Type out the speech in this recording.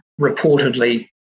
reportedly